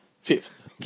Fifth